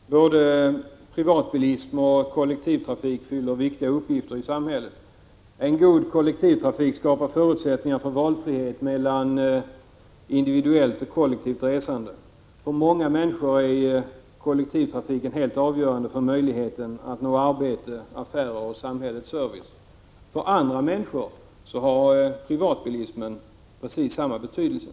Herr talman! Jag tror att man måste konstatera att både privatbilism och kollektivtrafik fyller viktiga uppgifter i samhället. En god kollektivtrafik skapar förutsättningar för valfrihet mellan individuellt och kollektivt resande. För många människor är kollektivtrafiken helt avgörande för möjligheten att nå arbete, affärer och samhällets service. För andra människor har privatbilismen precis samma betydelse.